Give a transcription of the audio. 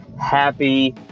happy